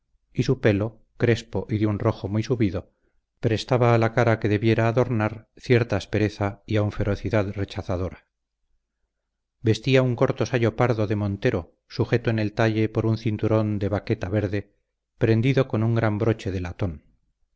y su pelo crespo y de un rojo muy subido prestaba a la cara que debiera adornar cierta aspereza y aun ferocidad rechazadora vestía un corto sayo pardo de montero sujeto en el talle por un cinturón de vaqueta verde prendido con un gran broche de latón